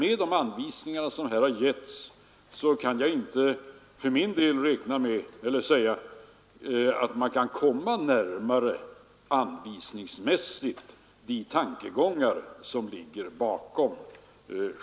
Med de anvisningar som här har givits kan emellertid jag för min del inte se hur man anvisningsmässigt kan komma närmare de tankegångar som ligger bakom.